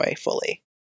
fully